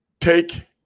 take